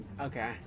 Okay